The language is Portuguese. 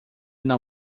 não